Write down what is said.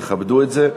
תכבדו את זה,